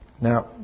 Now